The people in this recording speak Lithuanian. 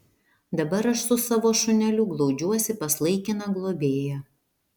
dabar aš su savo šuneliu glaudžiuosi pas laikiną globėją